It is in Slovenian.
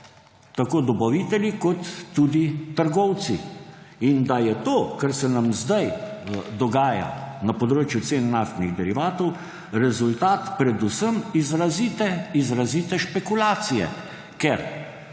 tako dobavitelji kot tudi trgovci. In da je to, kar se nam zdaj dogaja na področju cen naftnih derivatov, rezultat predvsem izrazite špekulacije; ker